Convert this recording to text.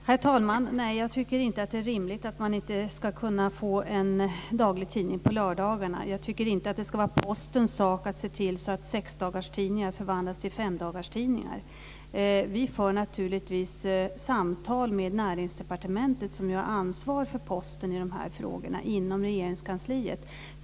Herr talman! Nej, jag tycker inte att det är rimligt att man inte ska kunna få en daglig tidning på lördagarna. Jag tycker inte att det ska vara Postens sak att se till att sexdagarstidningar förvandlas till femdagarstidningar. Vi för naturligtvis samtal med Näringsdepartementet, som har ansvaret för Posten i de här frågorna, inom Regeringskansliet.